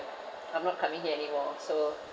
I'm not coming here anymore so